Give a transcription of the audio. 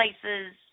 places